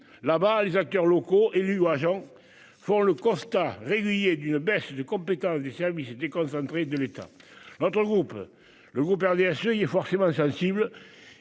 Là-bas, les acteurs locaux élus agents font le constat régulier d'une baisse de compétences des services déconcentrés de l'État entre le groupe le groupe RDSE il est forcément sensible